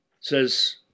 says